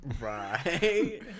Right